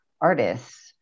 artists